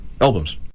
albums